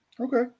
Okay